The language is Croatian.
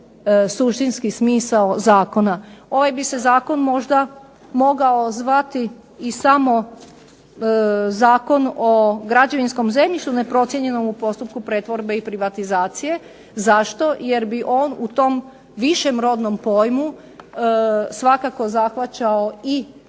suštinski smisao zakona. Ovaj bi se zakon možda mogao zvati i samo Zakon o građevinskom zemljištu neprocijenjenom u postupku pretvorbe i privatizacije. Zašto? Jer bi on u tom višem rodnom pojmu svakako zahvaćao i turističko